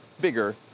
bigger